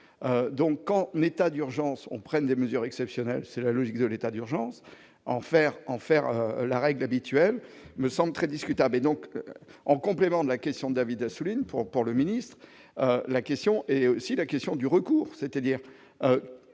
donc quand l'état dure Jeanson prenne des mesures exceptionnelles, c'est la logique de l'état d'urgence en faire en faire la règle habituelle me semble très discutable et donc en complément de la question David Assouline pour pour le ministre, la question est aussi la question du recours, c'est-à-dire